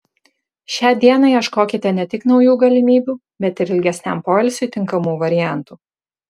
šią dieną ieškokite ne tik naujų galimybių bet ir ilgesniam poilsiui tinkamų variantų